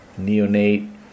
neonate